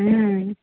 ହୁଁ